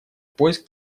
поиск